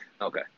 Okay